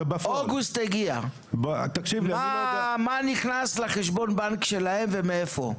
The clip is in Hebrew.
אוגוסט הגיע, מה נכנס לחשבון הבנק שלהם ומאיפה?